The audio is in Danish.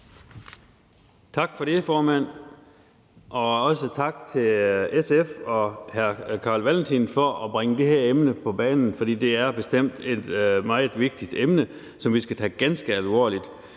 Tak for det, formand, og også tak til SF og hr. Carl Valentin for at bringe det her emne på banen, for det er bestemt et meget vigtigt emne, som vi skal tage ganske alvorligt.